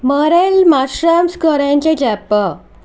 morel mushrooms గురించి చెప్పు